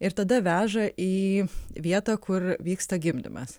ir tada veža į vietą kur vyksta gimdymas